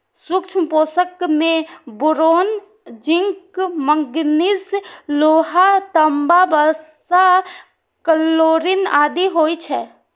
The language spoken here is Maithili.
सूक्ष्म पोषक मे बोरोन, जिंक, मैगनीज, लोहा, तांबा, वसा, क्लोरिन आदि होइ छै